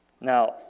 Now